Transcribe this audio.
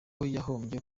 hagombye